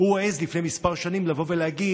והוא העז לפני מספר שנים להגיד,